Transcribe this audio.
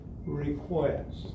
request